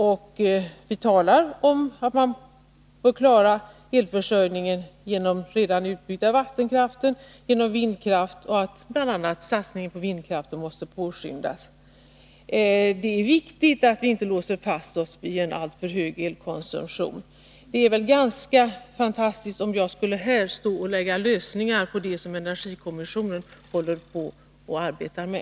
Och vi säger att man bör klara elförsörjningen genom den redan utbyggda vattenkraften och genom vindkraft och bl.a. att satsningen på vindkraft måste påskyndas. Det är viktigt att vi inte låser fast oss vid en alltför hög elkonsumtion. Men det vore väl ganska fantastiskt om jag här skulle stå och lägga fram en lösning på det som energikommittén håller på att arbeta med.